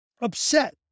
upset